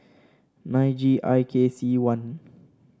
nine G I K C one